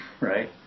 right